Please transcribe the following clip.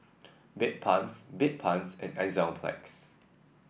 Bedpans Bedpans and Enzyplex